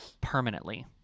permanently